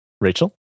Rachel